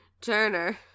Turner